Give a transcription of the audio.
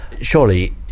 surely